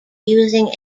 using